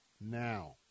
now